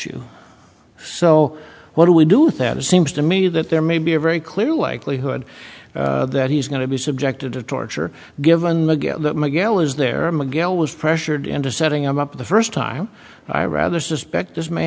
you so what do we do that it seems to me that there may be a very clear likelihood that he's going to be subjected to torture given my gal is there a gal was pressured into setting him up the first time i rather suspect this may